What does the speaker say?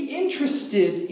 interested